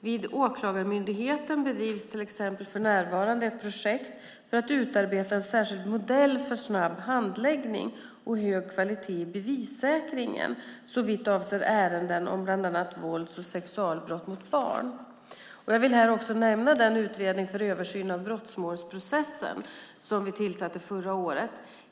Vid Åklagarmyndigheten bedrivs till exempel för närvarande ett projekt för att utarbeta en särskild modell för snabb handläggning och hög kvalitet i bevissäkringen såvitt avser ärenden om bland annat vålds och sexualbrott mot barn. Jag vill här också nämna den utredning för översyn av brottmålsprocessen som tillsattes förra året.